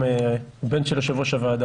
אני גם הבן של יושב ראש הוועדה.